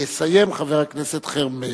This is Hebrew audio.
יסיים, חבר הכנסת חרמש.